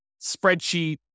spreadsheet